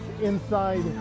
inside